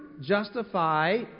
justify